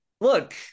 look